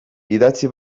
idatzi